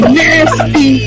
nasty